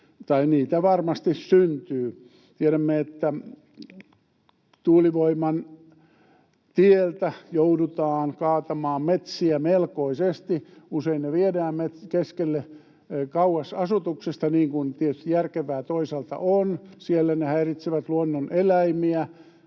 kun niitä varmasti syntyy. Tiedämme, että tuulivoiman tieltä joudutaan kaatamaan metsiä melkoisesti. Usein ne viedään kauas asutuksesta, niin kuin tietysti järkevää toisaalta on. Siellä ne häiritsevät luonnon eläimiä,